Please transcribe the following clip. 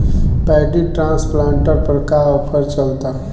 Paddy transplanter पर का offer चलता?